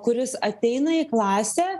kuris ateina į klasę